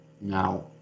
Now